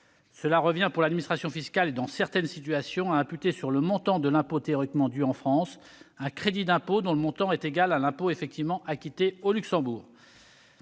Cela revient, pour l'administration fiscale et dans certaines situations, à imputer sur le montant de l'impôt théoriquement dû en France un crédit d'impôt dont le montant est égal à l'impôt effectivement acquitté au Luxembourg.